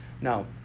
now